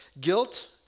Guilt